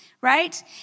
right